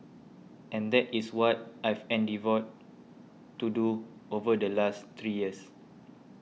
and that is what I've endeavoured to do over the last three years